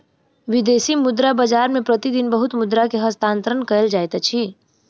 विदेशी मुद्रा बाजार मे प्रति दिन बहुत मुद्रा के हस्तांतरण कयल जाइत अछि